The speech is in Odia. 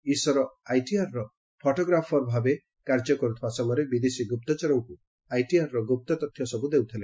ଇଶ୍ୱର ଆଇଟିଆର୍ର ଫଟୋଗ୍ରାଫର୍ ଭାବେ କାର୍ଯ୍ୟ କରୁଥିବା ସମୟରେ ବିଦେଶୀ ଗୁପ୍ତଚରଙ୍କୁ ଆଇଟିଆର୍ର ଗୁପ୍ତତଥ୍ୟ ସବୁ ଦେଉଥିଲେ